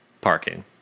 parking